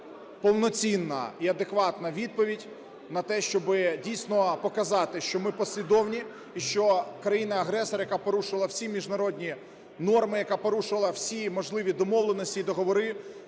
повноцінна і адекватна відповідь на те, щоби, дійсно, показати, що ми послідовні, і що країна-агресор, яка порушила всі міжнародні норми, яка порушила всі можливі домовленості і договори,